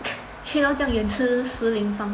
去到这样远吃食立方